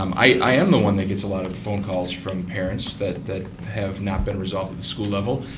um i am the one that gets a lot of the phone calls from parents that that have not been resolved at school level.